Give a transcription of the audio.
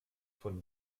von